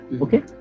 okay